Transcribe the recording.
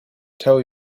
tell